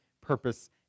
purpose